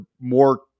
more